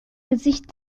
gesicht